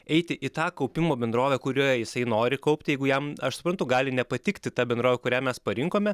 eiti į tą kaupimo bendrovę kurioje jisai nori kaupti jeigu jam aš suprantu gali nepatikti ta bendrovė kurią mes parinkome